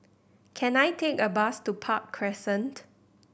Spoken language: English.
can I take a bus to Park Crescent